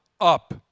up